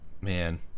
man